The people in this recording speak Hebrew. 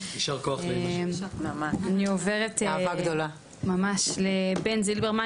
אני עוברת לבן זילברמן,